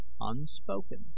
unspoken